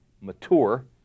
mature